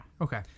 Okay